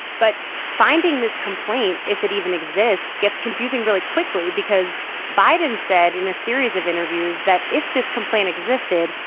but finding this complaint, if it even exists, gets confusing really quickly, because biden said in a series of interviews that if this complaint existed,